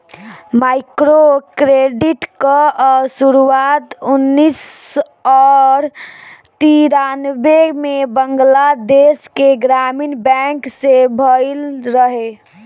microcredit कअ शुरुआत उन्नीस और तिरानबे में बंगलादेश के ग्रामीण बैंक से भयल रहे